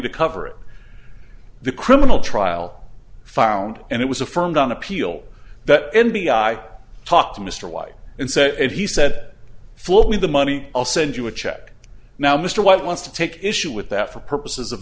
to cover it the criminal trial found and it was affirmed on appeal that m b i talked to mr white and said if he said float me the money i'll send you a check now mr white wants to take issue with that for purposes of